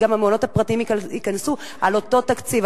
כי גם המעונות הפרטיים ייכנסו לאותו תקציב,